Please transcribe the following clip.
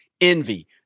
envy